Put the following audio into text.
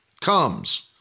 comes